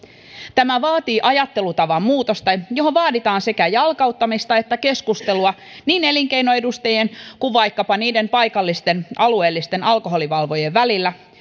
tämä vaatii ajattelutavan muutosta johon vaaditaan sekä jalkauttamista että keskustelua niin elinkeinon edustajien kuin vaikkapa niiden paikallisten alueellisten alkoholivalvojien välillä